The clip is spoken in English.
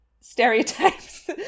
stereotypes